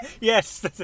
Yes